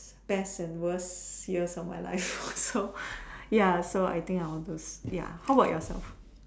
best and worst years of my life so ya so I think I would choose ya how about yourself